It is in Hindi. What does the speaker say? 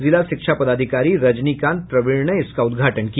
जिला शिक्षा पदाधिकारी रजनीकांत प्रवीण ने इसका उद्घाटन किया